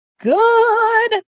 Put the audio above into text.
good